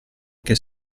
che